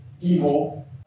evil